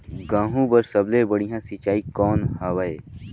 गहूं बर सबले बढ़िया सिंचाई कौन हवय?